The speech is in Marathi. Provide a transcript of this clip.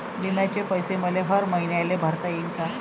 बिम्याचे पैसे मले हर मईन्याले भरता येईन का?